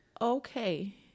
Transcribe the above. Okay